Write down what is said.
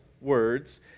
words